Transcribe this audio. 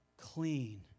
clean